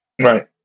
Right